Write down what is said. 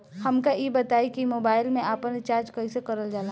हमका ई बताई कि मोबाईल में आपन रिचार्ज कईसे करल जाला?